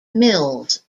mills